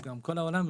וגם בכל העולם,